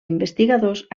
investigadors